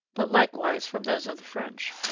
but likewise from those of the french.